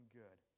good